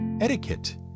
Etiquette